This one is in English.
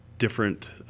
different